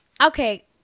Okay